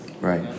Right